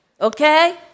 okay